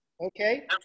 Okay